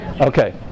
Okay